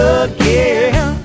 again